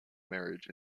marriage